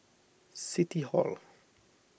City Hall